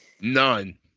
None